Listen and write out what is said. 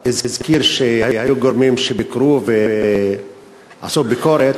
הזכיר שהיו גורמים שביקרו ועשו ביקורת,